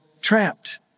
trapped